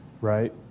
right